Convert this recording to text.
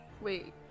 Wait